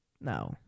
No